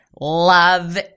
love